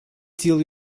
till